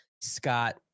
Scott